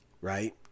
Right